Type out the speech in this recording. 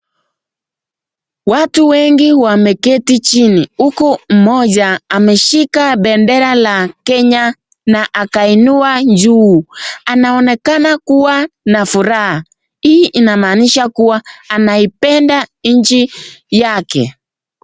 Watu wengi wameketi chini huku mmoja ameshika bendera la Kenya na akainua juu, anaonekana kua na furaha. Hii inamaanisha kuwa anaipenda nchi yake.